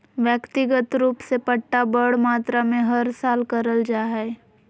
व्यक्तिगत रूप से पट्टा बड़ मात्रा मे हर साल करल जा हय